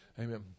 Amen